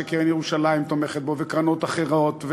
שקרן ירושלים תומכת בו וקרנות אחרות,